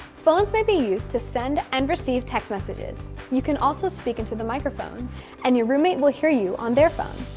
phones may be used to send and receive text messages you can also speak into the microphone and your roommate will hear you on their phone.